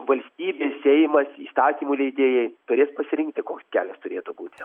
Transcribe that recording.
valstybė seimas įstatymų leidėjai turės pasirinkti koks kelias turėtų būti